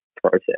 process